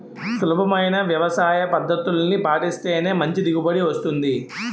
సులభమైన వ్యవసాయపద్దతుల్ని పాటిస్తేనే మంచి దిగుబడి వస్తుంది